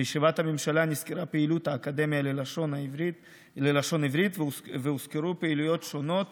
בישיבת הממשלה נסקרה פעילות האקדמיה ללשון העברית ונסקרו פעילויות שונות